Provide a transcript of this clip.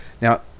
now